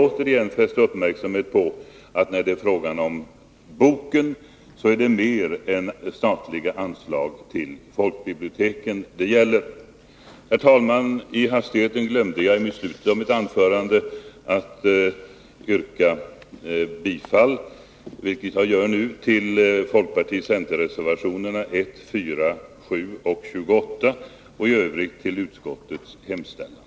Återigen vill jag fästa uppmärksamheten på att det beträffande boken gäller mer än statliga anslag till folkbiblioteken. Herr talman! I hastigheten glömde jag att i slutet av mitt tidigare anförande framställa ett yrkande. Därför yrkar jag nu bifall till folkpartireservationerna 1, 4, 7 och 28 samt i övrigt till utskottets hemställan.